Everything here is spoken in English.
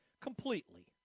completely